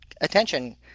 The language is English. attention